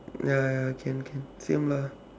ya ya can can same lah